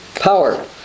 power